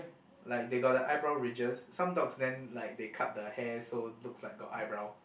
like they got the eyebrow ridges some dogs then like they cut the hair so looks like got eyebrow